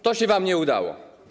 To się wam nie udało.